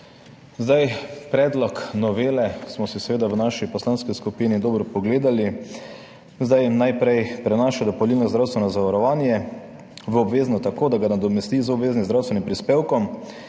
Predlog novele smo si seveda v naši poslanski skupini dobro pogledali. Najprej prenaša dopolnilno zdravstveno zavarovanje v obvezno tako, da ga nadomesti z obveznim zdravstvenim prispevkom,